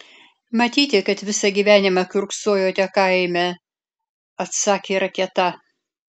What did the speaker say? matyti kad visą gyvenimą kiurksojote kaime atsakė raketa